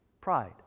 Pride